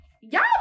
Y'all